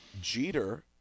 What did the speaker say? Jeter